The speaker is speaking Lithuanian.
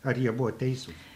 ar jie buvo teisūs